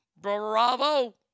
Bravo